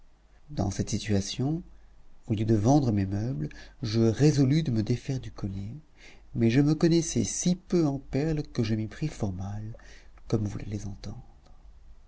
dans cette situation au lieu de vendre mes meubles je résolus de me défaire du collier mais je me connaissais si peu en perles que je m'y pris fort mal comme vous l'allez entendre